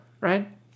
Right